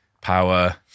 Power